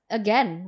again